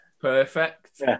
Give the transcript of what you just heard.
Perfect